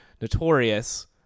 Notorious